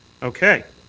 okay.